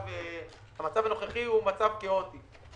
המצב הנוכחי הוא כאוטי.